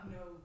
no